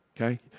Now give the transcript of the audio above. Okay